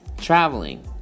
traveling